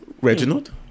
Reginald